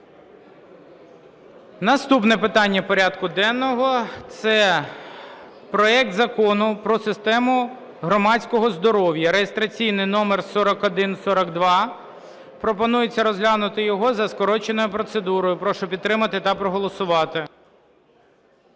Наступне питання порядку денного – це проект Закону про систему громадського здоров’я (реєстраційний номер 4142). Пропонується розглянути його за скороченою процедурою. Прошу підтримати та проголосувати.